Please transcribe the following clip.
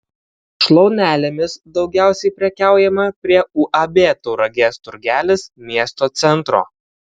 šlaunelėmis daugiausiai prekiaujama prie uab tauragės turgelis miesto centro